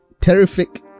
terrific